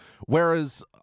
Whereas